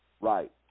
Right